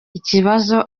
ikibazo